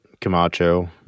Camacho